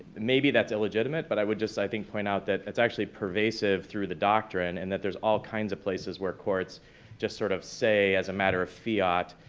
maybe that's illegitimate, but i would just, i think, point out that that's actually pervasive through the doctrine and that there's all kinds of places where courts just sort of say, as a matter of fiat,